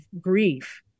grief